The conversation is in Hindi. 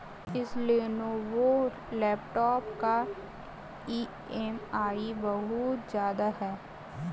इस लेनोवो लैपटॉप का ई.एम.आई बहुत ज्यादा है